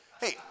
Hey